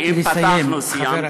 נא לסיים, חבר הכנסת.